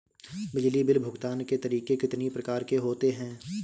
बिजली बिल भुगतान के तरीके कितनी प्रकार के होते हैं?